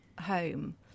home